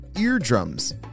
eardrums